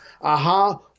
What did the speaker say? aha